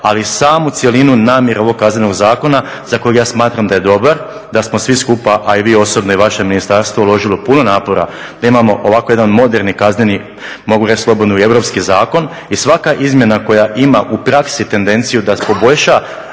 ali i samu cjelinu namjere ovog Kaznenog zakona za kojeg ja smatram da je dobar, da smo svi skupa a i vi osobno i vaše ministarstvo uložilo puno napora da imamo ovako jedan moderni kazneni, mogu reći slobodno i europski zakon i svaka izmjena koja ima u praksi tendenciju da poboljša